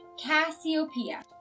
Cassiopeia